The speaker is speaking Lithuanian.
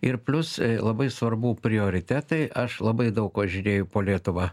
ir plius labai svarbu prioritetai aš labai daug važinėju po lietuvą